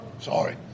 Sorry